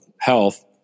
health